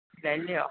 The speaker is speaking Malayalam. ഇല്ലല്ല്യോ